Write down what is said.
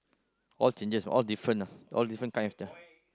all changes all different ah all different kinds ah